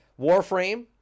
Warframe